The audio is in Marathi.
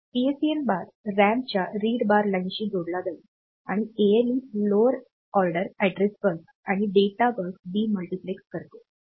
PSEN बार RAM च्या रीड बार लाइनशी जोडला जाईल आणि ALE lower order address bus आणि डेटा बस डी मल्टिप्लेक्स करते